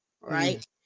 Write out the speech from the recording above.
right